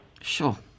Sure